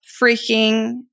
freaking